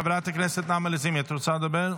חברת הכנסת נעמה לזימי, את רוצה לדבר?